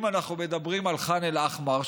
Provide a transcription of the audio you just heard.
אם אנחנו מדברים על ח'אן אל-אחמר,